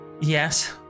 yes